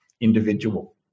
individual